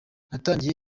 natangiye